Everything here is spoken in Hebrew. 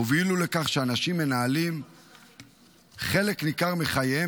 הובילו לכך שאנשים מנהלים חלק ניכר מחייהם